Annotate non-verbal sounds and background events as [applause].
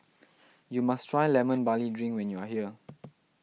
you must try Lemon Barley Drink when you are here [noise]